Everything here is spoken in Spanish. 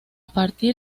partir